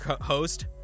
host